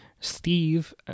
Steve